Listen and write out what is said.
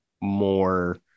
more